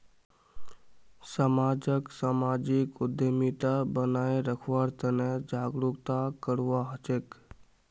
समाजक सामाजिक उद्यमिता बनाए रखवार तने जागरूकता करवा हछेक